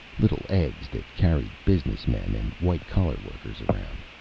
little eggs that carried businessmen and white-collar workers around.